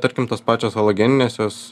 tarkim tos pačios halogeninės jos